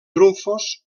trumfos